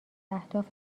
اهداف